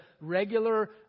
regular